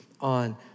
on